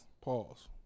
Pause